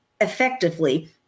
effectively